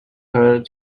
her